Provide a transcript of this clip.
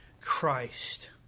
Christ